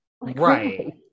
Right